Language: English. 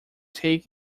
taking